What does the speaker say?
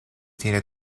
tiene